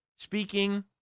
Speaking